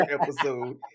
episode